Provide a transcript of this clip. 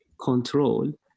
control